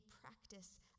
practice